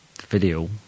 video